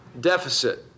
deficit